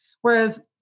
Whereas